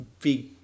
big